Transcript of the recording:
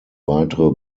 weitere